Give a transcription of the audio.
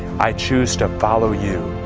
i choose to follow you.